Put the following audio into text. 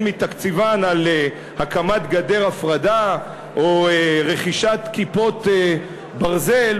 מתקציבן על הקמת גדר הפרדה או רכישת "כיפת ברזל",